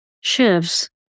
shifts